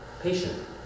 patient